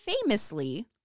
famously